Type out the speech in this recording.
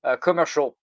commercial